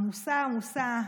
עמוסה עמוסה.